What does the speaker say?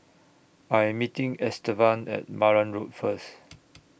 I Am meeting Estevan At Marang Road First